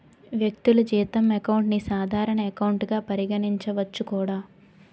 వ్యక్తులు జీతం అకౌంట్ ని సాధారణ ఎకౌంట్ గా పరిగణించవచ్చు కూడా